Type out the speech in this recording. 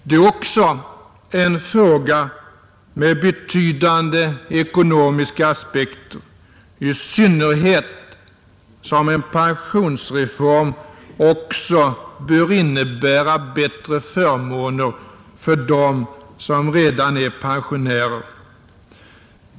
Det är också en fråga med betydande ekonomiska aspekter, i synnerhet som en pensionsreform också bör innebära bättre förmåner för dem som redan är pensionärer.